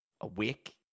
awake